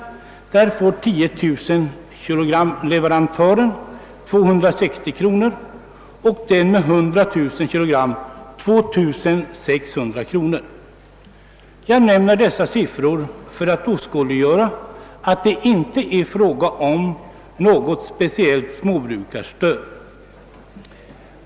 En leverantör av 10 000 kilo mjölk får 260 kronor per år och en leverantör av 100 000 kilo mjölk får 2 600 kronor per år. Jag nämner dessa siffror för att åskådliggöra, att det inte är fråga om något speciellt småbrukarstöd.